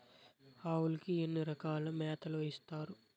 ఆవులకి ఎన్ని రకాల మేతలు ఇస్తారు?